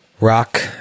Rock